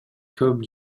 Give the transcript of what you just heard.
көп